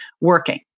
working